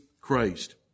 Christ